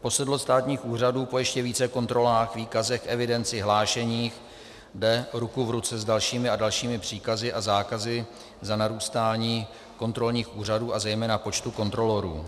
Posedlost státních úřadů po ještě více kontrolách, výkazech, evidenci, hlášeních jde ruku v ruce s dalšími a dalšími příkazy a zákazy za narůstáním kontrolních úřadů a zejména počtu kontrolorů.